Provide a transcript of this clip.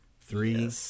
Three